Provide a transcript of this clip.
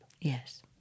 Yes